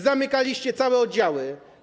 Zamykaliście całe oddziały.